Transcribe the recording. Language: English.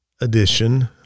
Edition